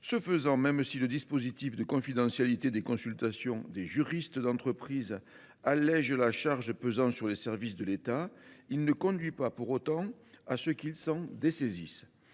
Cela dit, si le dispositif de confidentialité des consultations des juristes d’entreprise allège la charge pesant sur les services de l’État, il ne conduit pas pour autant à les en dessaisir.